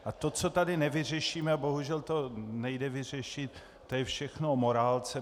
A to, co tady nevyřešíme, bohužel to nejde vyřešit, to je všechno o morálce.